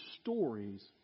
stories